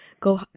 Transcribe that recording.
go